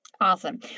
awesome